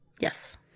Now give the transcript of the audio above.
Yes